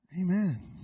Amen